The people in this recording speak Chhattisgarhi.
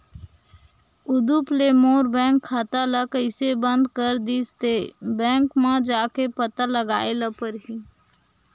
उदुप ले मोर बैंक खाता ल कइसे बंद कर दिस ते, बैंक म जाके पता लगाए ल परही